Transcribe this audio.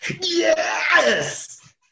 Yes